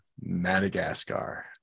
Madagascar